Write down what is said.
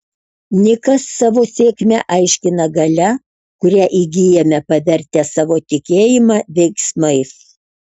nikas savo sėkmę aiškina galia kurią įgyjame pavertę savo tikėjimą veiksmais